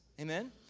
Amen